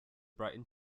brighten